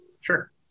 sure